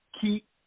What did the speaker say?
Keep